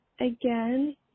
again